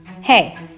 Hey